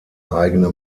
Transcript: eigene